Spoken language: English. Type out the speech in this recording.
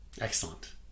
Excellent